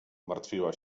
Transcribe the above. martwiła